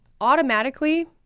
automatically